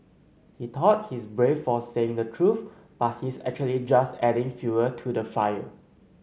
he thought he's brave for saying the truth but he's actually just adding fuel to the fire